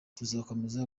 tuzakomeza